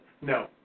No